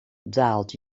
daalt